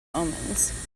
omens